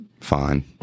fine